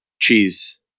cheese